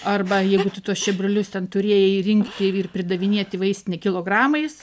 arba jeigu tu tuos čiobrelius ten turėjai rinkti ir ir pridavinėt į vaistinę kilogramais